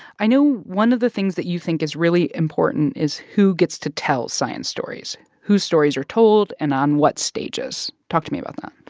i know one of the things that you think is really important is who gets to tell science stories, whose stories are told and on what stages. talk to me about that